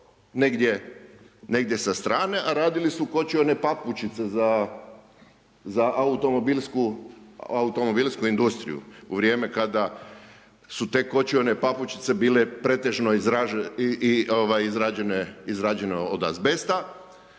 negdje sa strane, a radili su kočione papučice za automobilsku industriju u vrijeme kada su te kočione papučice bile pretežno izrađene od azbesta,